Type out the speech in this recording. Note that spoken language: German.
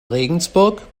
regensburg